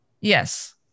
Yes